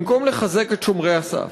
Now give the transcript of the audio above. במקום לחזק את שומרי הסף,